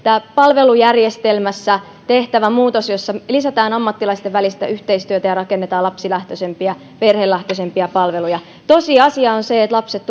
palvelujärjestelmässä tehtävä muutos jossa lisätään ammattilaisten välistä yhteistyötä ja rakennetaan lapsilähtöisempiä perhelähtöisempiä palveluja tosiasia on se että lapset